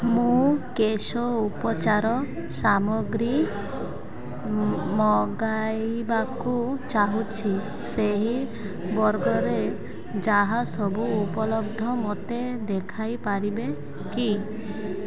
ମୁଁ କେଶ ଉପଚାର ସାମଗ୍ରୀ ମଗାଇବାକୁ ଚାହୁଁଛି ସେହି ବର୍ଗରେ ଯାହା ସବୁ ଉପଲବ୍ଧ ମୋତେ ଦେଖାଇ ପାରିବେ କି